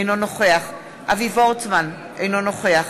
אינו נוכח אבי וורצמן, אינו נוכח